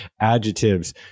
adjectives